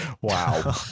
Wow